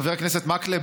חבר הכנסת מקלב,